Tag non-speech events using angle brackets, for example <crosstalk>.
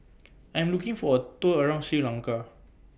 <noise> I'm looking For A Tour around Sri Lanka